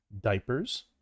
Diapers